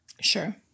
Sure